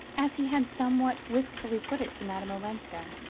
as he had somewhat wistfully put it to madame olenska.